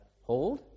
Hold